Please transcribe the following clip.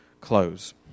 close